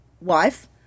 wife